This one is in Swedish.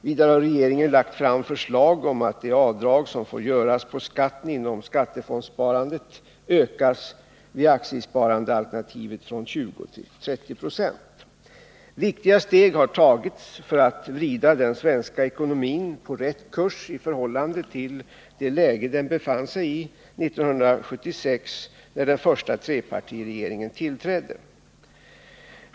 Vidare har regeringen lagt fram förslag om att det avdrag som får göras på skatten inom skattefondsparandet ökas, vid aktiesparandealternativet, från 20 till 30 90. Viktiga steg har tagits för att vrida den svenska ekonomin på rätt kurs i förhållande till det läge den befann sig i 1976, när den första trepartiregeringen tillträdde.